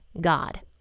God